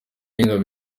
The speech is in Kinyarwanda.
yingabo